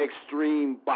extreme